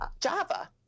Java